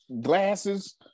glasses